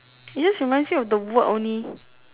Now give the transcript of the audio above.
is just reminds me of the word only